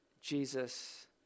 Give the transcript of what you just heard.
Jesus